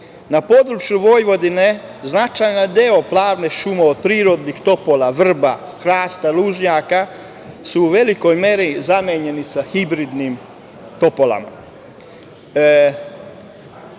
Na području Vojvodine značajan deo plavne šume od prirodnih topola, vrba, hrasta, lužnjaka su u velikoj meri zamenjeni sa hibridnim topolama.